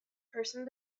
person